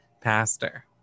pastor